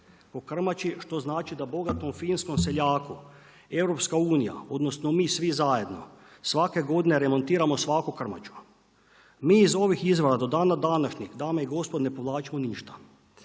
po krmači, što znači da bogatom finskom seljaku EU, odnosno mi svi zajedno, svake godine remontiramo svaku krmaču. Mi iz ovih izvora do dana današnjeg, dame i gospodo, ne povlačimo ništa.